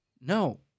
No